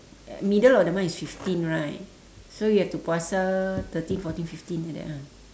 at middle of the month is fifteen right so you have to puasa thirteen fourteen fifteen like that ah